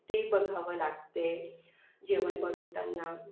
ते बघावं लागते जेवण बनवताना